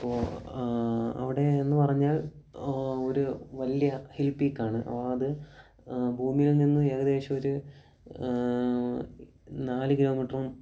ഇപ്പോൾ അവിടെ എന്നു പറഞ്ഞാൽ ഒരു വലിയ ഹിൽപിക്കാണ് അത് ഭൂമിയിൽ നിന്ന് ഏകദേശം ഒരു നാല് കിലോമീറ്ററും